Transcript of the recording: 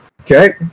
Okay